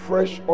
Fresh